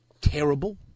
terrible